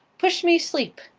push me shleep.